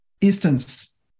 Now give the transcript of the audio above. instance